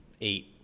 eight